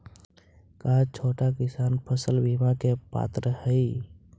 का छोटा किसान फसल बीमा के पात्र हई?